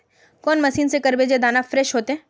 कौन मशीन से करबे जे दाना फ्रेस होते?